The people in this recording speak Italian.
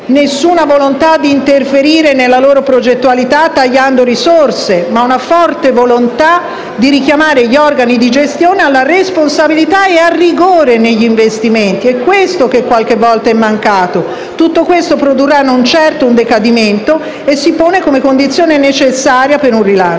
nessuna volontà di interferire nella loro progettualità tagliando risorse. Vi è, invece, una forte volontà di richiamare gli organi di gestione alla responsabilità e al rigore negli investimenti, che è ciò che talvolta è mancato. Tutto questo produrrà non certo un decadimento e si pone come condizione necessaria per un rilancio.